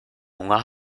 hunger